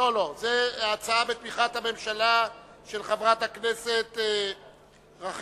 הצעה בתמיכת הממשלה של חברת הכנסת רחל